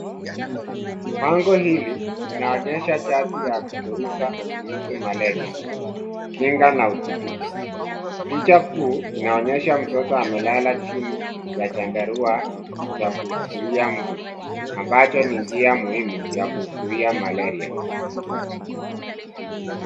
Bango hili, linaonyesha chati ya kugeuza kuhusu malaria, kinga, na udhibiti. Picha kuu, inaonyesha mtoto amelala chini, ya chandarua cha kuzuia mbu, ambacho ni njia muhimu, ya kuzuia malaria.